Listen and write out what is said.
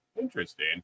interesting